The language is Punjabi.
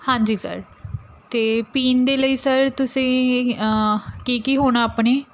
ਹਾਂਜੀ ਸਰ ਅਤੇ ਪੀਣ ਦੇ ਲਈ ਸਰ ਤੁਸੀਂ ਕੀ ਕੀ ਹੋਣਾ ਆਪਣੇ